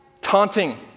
taunting